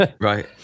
Right